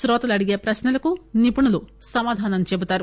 శ్రోతలు అడిగే ప్రశ్నలకు నిపుణులు సమాధానం చెప్తారు